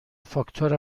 فاکتور